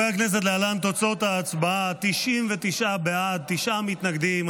הכנסת, להלן תוצאות ההצבעה: 99 בעד, תשעה מתנגדים.